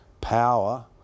power